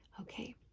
Okay